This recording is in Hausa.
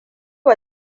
wa